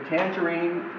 Tangerine